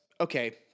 Okay